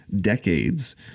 decades